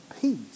peace